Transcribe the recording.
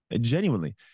Genuinely